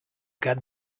got